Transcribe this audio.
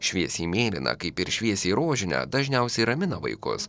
šviesiai mėlyną kaip ir šviesiai rožinę dažniausiai ramina vaikus